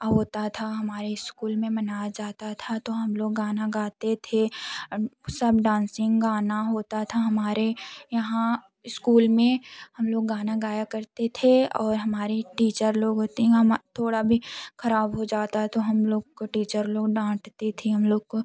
होता था हमारे स्कूल में मनाया जाता था तो हम लोग गाना गाते थे हम सब डांसिंग गाना होता था हमारे यहाँ स्कूल में हम लोग गाना गाया करते थे और हमारे टीचर लोग होते हैं हम थोड़ा भी ख़राब हो जाता तो हम लोग को टीचर लोग डांटते थे हम लोग को